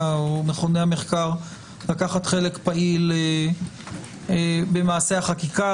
או מכוני המחקר לקחת חלק פעיל במעשה החקיקה.